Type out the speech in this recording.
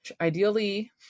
ideally